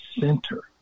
center